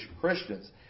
Christians